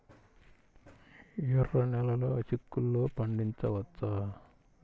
ఎర్ర నెలలో చిక్కుల్లో పండించవచ్చా?